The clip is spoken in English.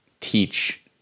teach